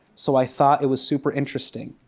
so i thought it was super interesting.